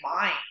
mind